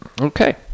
okay